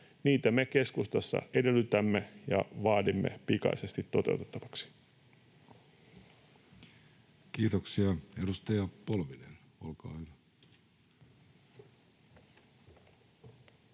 me keskustassa edellytämme ja vaadimme pikaisesti toteutettaviksi. Kiitoksia. — Edustaja Polvinen, olkaa hyvä.